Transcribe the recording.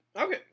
Okay